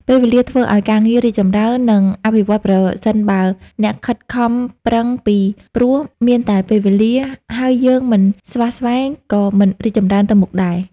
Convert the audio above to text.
ពេលវេលាធ្វើអោយការងាររីកចំរើន និងអភិវឌ្ឍន៍ ប្រសិនបើអ្នកខិតខំប្រឹង ពីព្រោះមានតែពេលវេលាហើយយើងមិនស្វះស្វែងក៏មិនរីកចម្រើនទៅមុខដែរ។